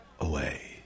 away